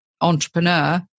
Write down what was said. entrepreneur